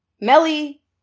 Melly